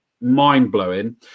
mind-blowing